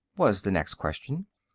was the next question.